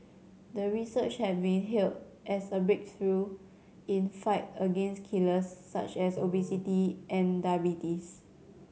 the research had been hailed as a breakthrough in fight against killers such as obesity and diabetes